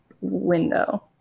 window